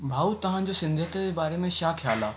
भाउ तांजो सिंधियत जे बारे में छा ख्याल आहे